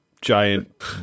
Giant